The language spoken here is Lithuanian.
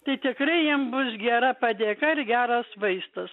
tai tikrai jiem bus gera padėka ir geras vaistas